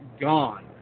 gone